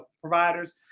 providers